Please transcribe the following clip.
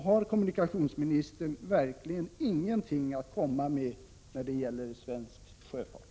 Har kommunikationsministern verkligen ingenting att komma med när det gäller svensk sjöfart?